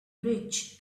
rich